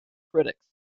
critics